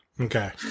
Okay